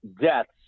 deaths